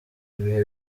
ibihe